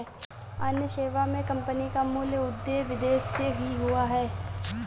अन्य सेवा मे कम्पनी का मूल उदय विदेश से ही हुआ है